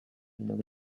widok